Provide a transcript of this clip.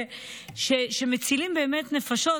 שמצילים נפשות,